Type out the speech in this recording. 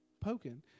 Poking